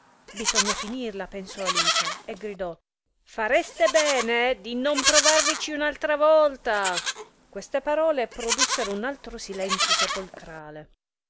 bisogna finirla pensò alice e gridò fareste bene di non provarvici un'altra volta queste parole produssero un altro silenzio sepolcrale